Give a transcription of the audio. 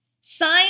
Sign